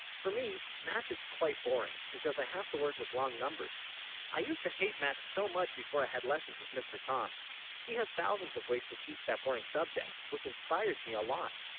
for me math is quite boring because i have to work with long numbers i used to hate math so much before i had lessons with mr. tom he has thousands of ways to teach that boring subject, which inspires me a lot